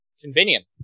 convenient